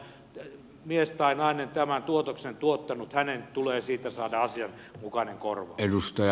kuka mies tai nainen on tuotoksen tuottanut hänen tulee siitä saada asianmukainen korvaus